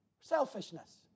selfishness